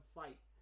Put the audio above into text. fight